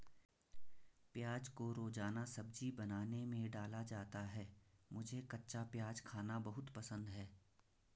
प्याज को रोजाना सब्जी बनाने में डाला जाता है मुझे कच्चा प्याज खाना बहुत पसंद है